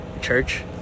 church